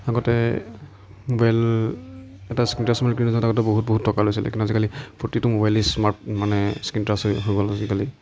আগতে মোবাইল এটা screen touch মোবাইলত বহুত বহুত টকা লৈছিলে কিন্তু আজিকালি প্ৰতিটো মোবাইলেই স্মাৰ্ট মানে স্ক্ৰীণ টাচ্ হৈ গ'ল আজিকালি